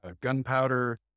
gunpowder